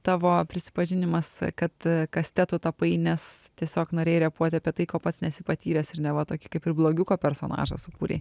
tavo prisipažinimas kad kastetu tapai nes tiesiog norėjai repuoti apie tai ko pats nesi patyręs ir neva tokį kaip ir blogiuko personažą sukūrei